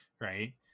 right